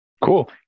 Cool